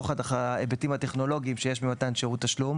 נוכח ההיבטים הטכנולוגיים שיש במתן שירות תשלום